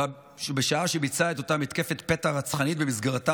בשעה שביצע את אותה מתקפת פתע רצחנית שבמסגרתה